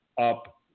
up